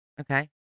Okay